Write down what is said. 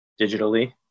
digitally